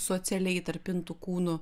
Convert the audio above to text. socialiai įtalpintų kūnų